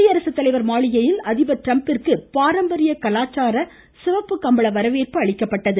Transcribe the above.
குடியரசுத்தலைவர் மாளிகையில் அதிபர் ட்ரம்பிற்கு பாரம்பரிய கலாச்சார சிவப்பு கம்பள வரவேற்பு அளிக்கப்பட்டது